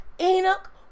Enoch